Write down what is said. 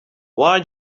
why